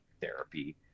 therapy